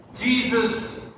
Jesus